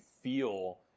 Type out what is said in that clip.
feel